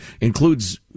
includes